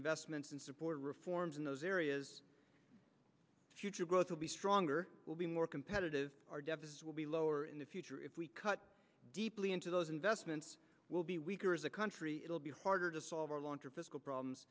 investments and support reforms in those areas future growth will be stronger will be more competitive our deficit will be lower in the future if we cut deeply into those investments will be weaker as a country it will be harder to solve our long term fiscal problems